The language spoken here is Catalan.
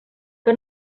que